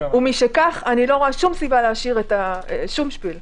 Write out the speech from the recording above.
משכך אני לא רואה להשאיר שום שפיל.